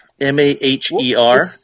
M-A-H-E-R